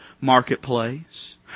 marketplace